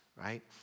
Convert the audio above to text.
Right